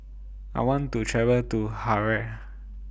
I want to travel to Harare